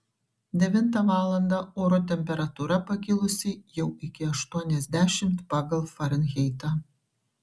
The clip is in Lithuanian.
devintą valandą oro temperatūra pakilusi jau iki aštuoniasdešimt pagal farenheitą